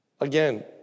Again